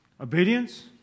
Obedience